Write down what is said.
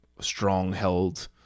strong-held